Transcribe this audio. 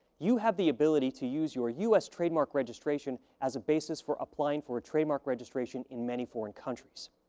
you have the ability to use your u s. trademark registration as a basis for applying for a trademark registration in many foreign countries.